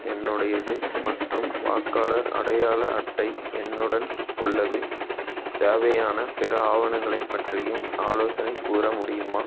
என்னுடையது மற்றும் வாக்காளர் அடையாள அட்டை என்னுடன் உள்ளது தேவையான பிற ஆவணங்களைப் பற்றியும் ஆலோசனை கூற முடியுமா